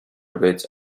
writ